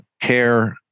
care